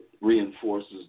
reinforces